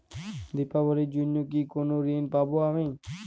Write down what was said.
দীপাবলির জন্য কি কোনো ঋণ পাবো আমি?